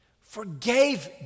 forgave